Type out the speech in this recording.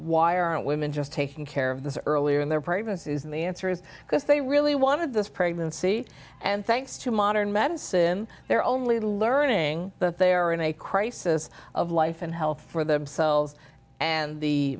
why aren't women just taking care of this earlier in their privacy isn't the answer is because they really wanted this pregnancy and thanks to modern medicine they're only learning that they are in a crisis of life and health for themselves and the